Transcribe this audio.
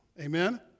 Amen